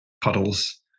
puddles